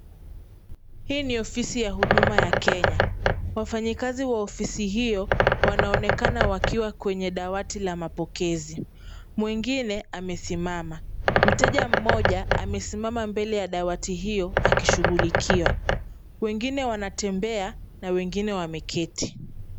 Hii ni ofisi ya huduma ya Kenya. Wafanyikazi wa ofisi hiyo wanaonekana wakiwa kwenye dawati la mapokezi, mwingine amesimama. Mteja mmoja amesimama mbele ya dawati hiyo akishughulikiwa. Wengine wanatembea na wengine wameketi.